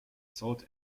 sold